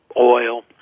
oil